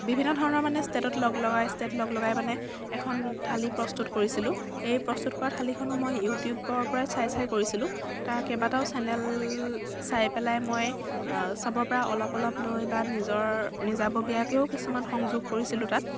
বিভিন্ন ধৰণৰ মানে ষ্টেটত লগ লগাই ষ্টেট লগ লগাই মানে এখন থালি প্ৰস্তুত কৰিছিলোঁ এই প্ৰস্তুত কৰা থালিখনো মই ইউটিউবৰ পৰাই চাই চাই কৰিছিলোঁ তাৰ কেইবাটাও চেনেল চাই পেলাই মই চবৰ পৰা অলপ অলপ লৈ বা নিজৰ নিজাববীয়াকৈও কিছুমান সংযোগ কৰিছিলোঁ তাত